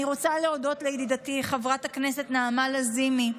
אני רוצה להודות לידידתי חברת הכנסת נעמה לזימי,